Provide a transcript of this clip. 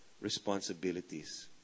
responsibilities